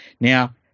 Now